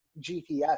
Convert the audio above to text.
GPS